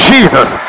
Jesus